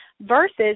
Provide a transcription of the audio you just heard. versus